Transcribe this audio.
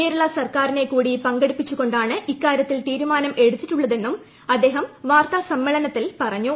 കേരള സർക്കാരിനെ കൂടി പങ്കെടുപ്പിച്ചുകൊണ്ടാണ് ഇക്കാരൃത്തിൽ തീരുമാനം എടുത്തിട്ടുള്ളതെന്നും അദ്ദേഹം വാർത്താസമ്മേളനത്തിൽ പറഞ്ഞു